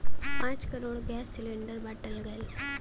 पाँच crore gas cylinder बाँटल गएल